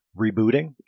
rebooting